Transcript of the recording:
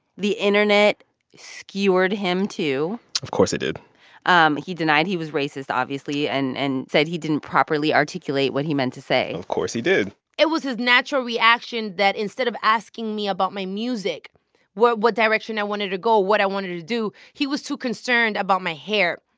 the internet skewered him, too of course it did um he denied he was racist, obviously, and and said he didn't properly articulate what he meant to say of course he did it was his natural reaction that instead of asking me about my music what what direction i wanted to go, what i wanted to do he was too concerned about my hair.